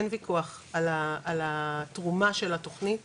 אין וויכוח על התרומה של התוכנית